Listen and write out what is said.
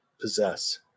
possess